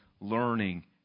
learning